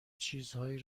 چیزهایی